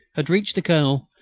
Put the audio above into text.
had reached the colonel,